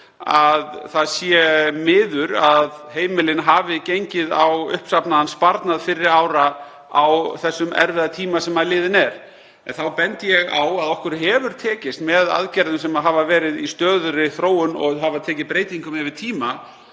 að það sé miður að heimilin hafi gengið á uppsafnaðan sparnað fyrri ára á þeim erfiða tíma sem liðinn er. En þá bendi ég á að okkur hefur tekist, með aðgerðum sem hafa verið í stöðugri þróun, og hafa tekið breytingum yfir tíma,